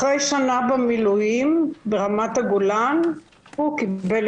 אחרי שנה במילואים ברמת הגולן הוא קיבל